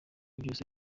byose